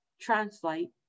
translate